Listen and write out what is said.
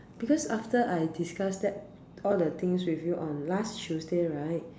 because after I discuss that all the things with you on last Tuesday right